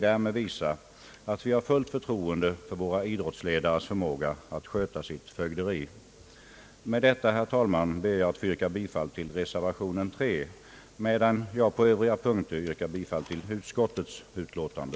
Därmed visar vi fullt förtroende för våra idrottsledares förmåga att sköta sitt fögderi. Herr talman! Med detta ber jag att få yrka bifall till reservation 3 och på övriga punkter bifall till utskottets utlåtande.